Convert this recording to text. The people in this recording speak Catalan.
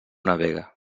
navega